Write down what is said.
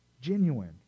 genuine